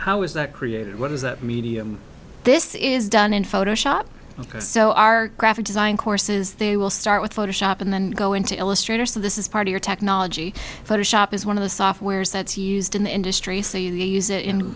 how is that created what is a medium this is done in photoshop so our graphic design courses they will start with photoshop and then go into illustrator so this is part of your technology photoshop is one of the softwares that's used in the industry so you use it in